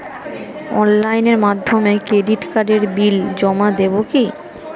অনলাইনের মাধ্যমে ক্রেডিট কার্ডের বিল জমা দেবো কি?